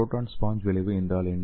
proton sponge விளைவு என்ன